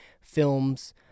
films